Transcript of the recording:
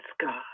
God